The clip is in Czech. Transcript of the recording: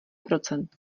procent